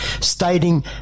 stating